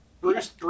Bruce